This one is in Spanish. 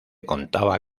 contaba